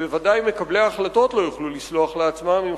ובוודאי מקבלי ההחלטות לא יוכלו לסלוח לעצמם,